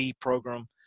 program